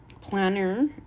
planner